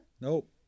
Nope